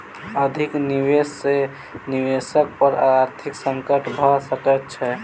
अधिक निवेश सॅ निवेशक पर आर्थिक संकट भ सकैत छै